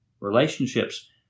Relationships